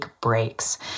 Breaks